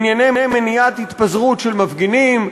בענייני מניעת הוראת התפזרות של מפגינים.